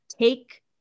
take